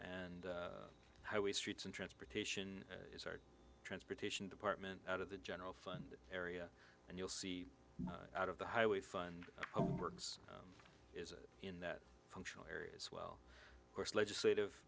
and how we streets and transportation is our transportation department out of the general fund area and you'll see out of the highway fund in that functional areas well of course legislative